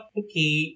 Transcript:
okay